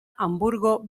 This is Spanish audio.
hamburgo